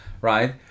right